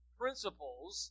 principles